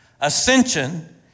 ascension